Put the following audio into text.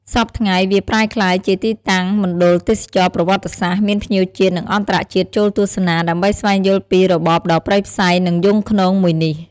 សព្វថ្ងៃ វាប្រែក្លាយជាទីតាំងមណ្ឌលទេសចរណ៍ប្រវត្តិសាស្ត្រ មានភ្ញៀវជាតិ និងអន្តរជាតិចូលទស្សនា ដើម្បីស្វែងយល់ពីរបបដ៏ព្រៃផ្សៃ និង យង់ឃ្នងមួយនេះ។